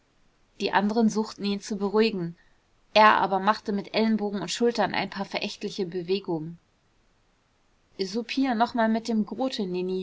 die anderen suchten ihn zu beruhigen er aber machte mit ellenbogen und schultern ein paar verächtliche bewegungen soupier noch mal mit dem grote